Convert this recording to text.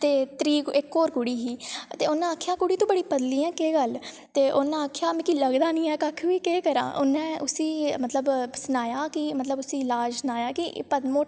ते त्री इक होर कुड़ी ही ते उन्नै आखेआ कि कुड़ी तूं बड़ी पतली ऐं केह् गल्ल ते उन्नै आखेआ मिगी लगदा निं ऐ कक्ख केह् करां उन्नै उसी मतलब सनाया कि मतलब उसी ईलाज़ सनाया कि